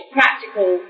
practical